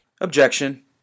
Objection